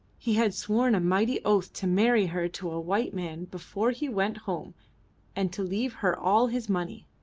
he had sworn a mighty oath to marry her to a white man before he went home and to leave her all his money.